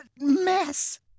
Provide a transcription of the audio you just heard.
mess